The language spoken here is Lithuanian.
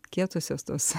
kietosios tos